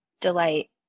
delight